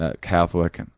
Catholic